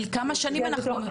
על כמה שנים אנחנו מדברים?